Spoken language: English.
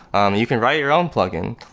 um you can write your own plugin.